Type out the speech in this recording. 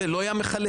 לא היה מחלק,